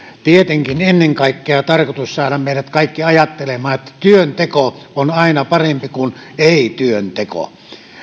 tietenkin tarkoitus ennen kaikkea saada meidät kaikki ajattelemaan että työnteko on aina parempi kuin ei työntekoa